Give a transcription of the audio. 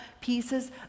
pieces